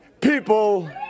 people